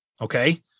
okay